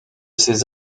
ces